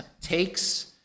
takes